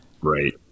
Right